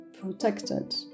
protected